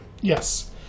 Yes